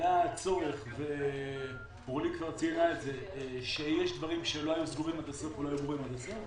עלה הצורך ואורלי כבר ציינה את זה שיש דברים שלא היו סגורים עד הסוף,